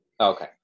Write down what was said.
Okay